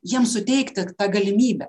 jiems suteikti tą galimybę